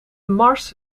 mars